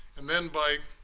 and then by